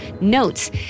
notes